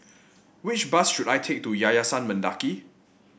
which bus should I take to Yayasan Mendaki